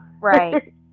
right